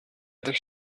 other